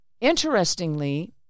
Interestingly